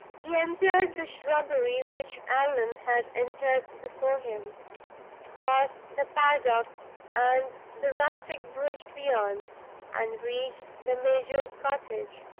he entered the shrubbery which allan had entered before him crossed the paddock and the rustic bridge beyond and reached the major's cottage.